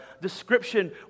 description